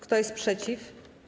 Kto jest przeciw?